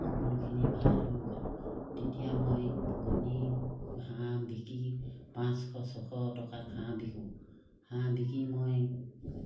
সকলোখিনি ভাল হৈ গ'ল তেতিয়া মই কণী হাঁহ বিকি পাঁচশ ছশ টকাত হাঁহ বিকোঁ হাঁহ বিকি মই